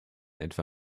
etwa